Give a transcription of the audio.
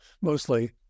mostly